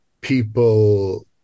people